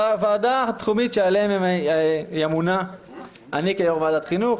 לוועדה התחומית שעליהן היא אמונה אני כיו"ר ועדת חינוך,